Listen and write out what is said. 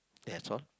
that's all